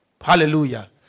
Hallelujah